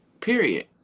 period